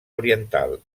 oriental